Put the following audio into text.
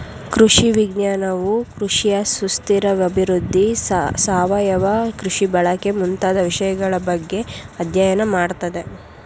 ಕೃಷಿ ವಿಜ್ಞಾನವು ಕೃಷಿಯ ಸುಸ್ಥಿರ ಅಭಿವೃದ್ಧಿ, ಸಾವಯವ ಕೃಷಿ ಬಳಕೆ ಮುಂತಾದ ವಿಷಯಗಳ ಬಗ್ಗೆ ಅಧ್ಯಯನ ಮಾಡತ್ತದೆ